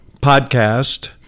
podcast